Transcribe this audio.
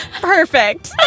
Perfect